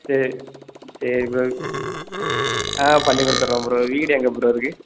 சரி சரி ப்ரோ ஆ பண்ணிக் கொடுத்துட்றேன் ப்ரோ வீடு எங்கே ப்ரோ இருக்குது